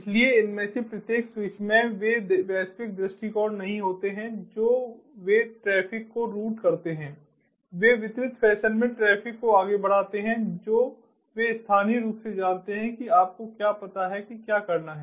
इसलिए इनमें से प्रत्येक स्विच में वे वैश्विक दृष्टिकोण नहीं होते हैं जो वे ट्रैफ़िक को रूट करते हैं वे वितरित फैशन में ट्रैफ़िक को आगे बढ़ाते हैं जो वे स्थानीय रूप से जानते हैं कि आपको क्या पता है कि क्या करना है